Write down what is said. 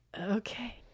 okay